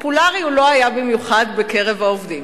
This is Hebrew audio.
פופולרי הוא לא היה במיוחד בקרב העובדים,